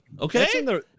Okay